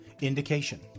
Indication